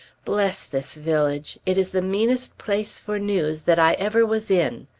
bless this village! it is the meanest place for news that i ever was in.